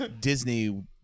disney